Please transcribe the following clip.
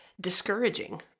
discouraging